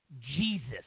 Jesus